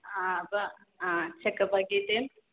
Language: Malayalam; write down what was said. ആ അപ്പം ആ ചെക്കപ്പാക്കീട്ട്